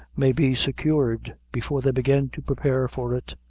may be secured before they begin to prepare for it.